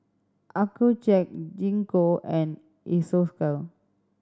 Accucheck Gingko and Isocal